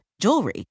jewelry